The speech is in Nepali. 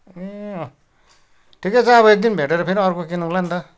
ए अँ ठिकै छ अब एकदिन भेटेर फेरि अर्को किनौला नि त